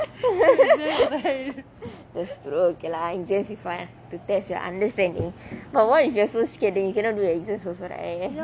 that's true okay lah exams is fine to test your understanding but what if you are so scared that you cannot do exam right